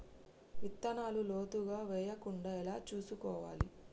విత్తనాలు లోతుగా వెయ్యకుండా ఎలా చూసుకోవాలి?